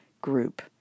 group